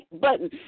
button